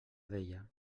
deia